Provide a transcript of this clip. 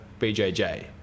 BJJ